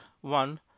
one